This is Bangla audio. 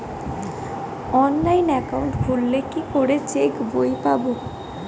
অনলাইন একাউন্ট খুললে কি করে চেক বই পাব?